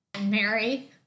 mary